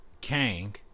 Kang